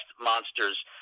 monsters